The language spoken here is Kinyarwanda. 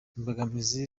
imbogamizi